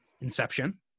Inception